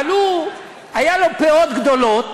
אבל הוא, היו לו פאות גדולות